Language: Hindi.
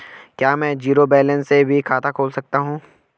क्या में जीरो बैलेंस से भी खाता खोल सकता हूँ?